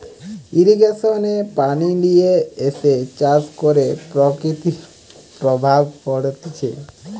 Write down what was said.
irrigation এ পানি লিয়ে এসে চাষ করে প্রকৃতির প্রভাব পড়তিছে